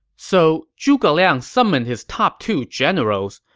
so zhuge liang summoned his top two generals,